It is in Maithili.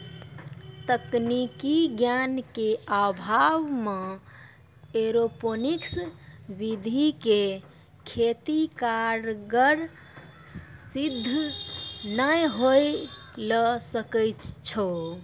तकनीकी ज्ञान के अभाव मॅ एरोपोनिक्स विधि के खेती कारगर सिद्ध नाय होय ल सकै छो